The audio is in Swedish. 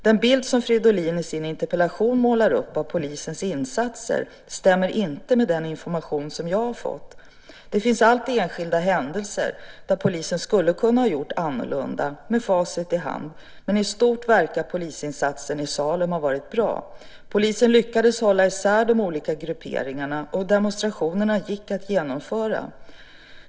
Den bild som Gustav Fridolin i sin interpellation målar upp av polisens insatser stämmer inte med den information som jag har fått. Det finns alltid enskilda händelser där polisen skulle kunna ha gjort annorlunda med facit i hand, men i stort verkar polisinsatsen i Salem ha varit bra. Polisen lyckades hålla isär de olika grupperingarna, och demonstrationerna gick att genomföra.